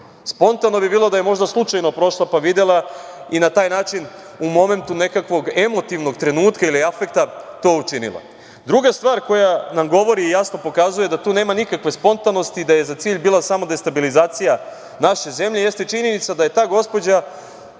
Spontano bi bilo da je možda slučajno prošla, pa videla i na taj način u momentu nekakvog emotivnog trenutka ili afekta to učinila. Druga stvar koja nam govori i jasno pokazuje da tu nema nikakve spontanosti i da je za cilj bila samo destabilizacija naše zemlje, jeste činjenica da je ta gospođa